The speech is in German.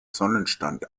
sonnenstand